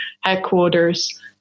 headquarters